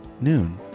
Noon